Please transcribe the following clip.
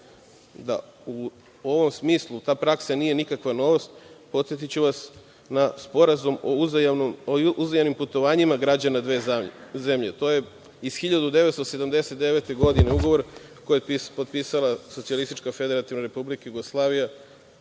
Da u ovom smislu ta praksa nije nikakva novost, podsetiću vas na Sporazum o uzajamnom putovanjima građana dve zemlje. To je iz 1979. godine, ugovor koji je potpisala SFRJ sa Narodnom Republikom